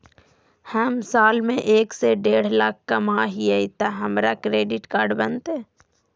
हम साल में एक से देढ लाख कमा हिये तो हमरा क्रेडिट कार्ड बनते?